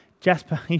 Jasper